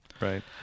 right